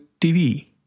TV